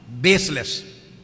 baseless